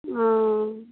हाँ